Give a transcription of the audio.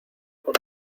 con